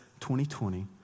2020